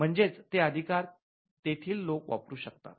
म्हणजेच ते अधिकार तेथील लोक वापरू शकतात